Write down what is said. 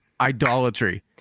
idolatry